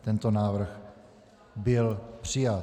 Tento návrh byl přijat.